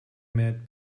might